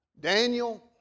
Daniel